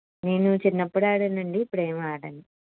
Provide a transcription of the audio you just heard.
నేను చిన్నప్పుడు ఆడాను అండి ఇప్పుడు ఏమి ఆడను